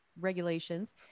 regulations